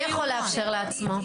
מי יכול לאפשר לעצמו?